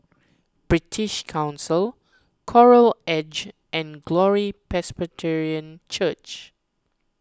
British Council Coral Edge and Glory Presbyterian Church